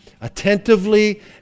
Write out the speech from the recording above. Attentively